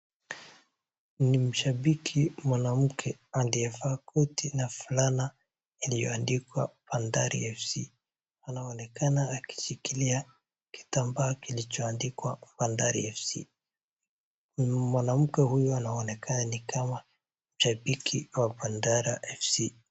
Ni mshabiki mwanamke aliye vaa koti na fulana iliyo andikwa BANDARI F.C,anaonekana akishikilia kitambaa kilicho andikwa BANDARI F.C.Mwanamke huyu anaonekana ni kama shabiki au Banfari FC.